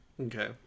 Okay